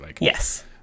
Yes